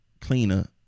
cleaner